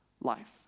life